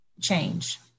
Change